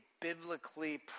biblically